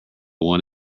one